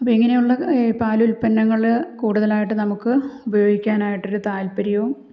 അപ്പം ഇങ്ങനെയുള്ള ഈ പാലുത്പന്നങ്ങൾ കൂടുതലായിട്ട് നമുക്ക് ഉപയോഗിക്കാനായിട്ടൊരു താത്പര്യവും